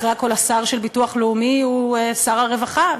אחרי הכול השר של ביטוח לאומי הוא שר הרווחה,